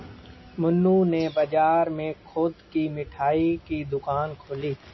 मन्नू ने बाजार में खुद की मिठाई की दुकान खोली है